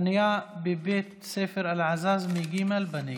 חניה בבית ספר אלעזאזמה ג' בנגב.